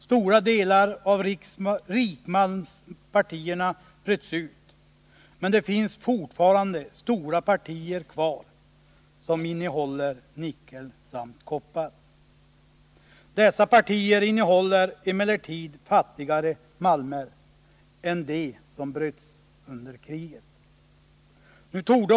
Stora delar av rikmalmspartierna bröts ut, men det finns fortfarande stora partier kvar som innehåller nickel samt koppar. Dessa partier innehåller emellertid fattigare malmer än de som bröts under kriget.